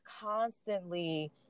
constantly